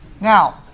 Now